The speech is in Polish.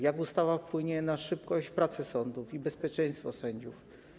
Jak ustawa wpłynie na szybkość pracy sądów i bezpieczeństwo sędziów?